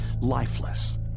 lifeless